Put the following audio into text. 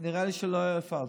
נראה לי שלא הפעלת.